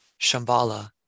Shambhala